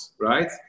right